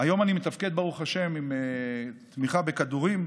היום אני מתפקד, ברוך השם, עם תמיכה של כדורים.